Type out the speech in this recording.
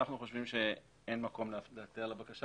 אנחנו חושבים שאין מקום להיעתר לבקשה